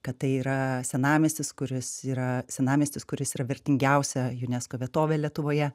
kad tai yra senamiestis kuris yra senamiestis kuris yra vertingiausia unesco vietovė lietuvoje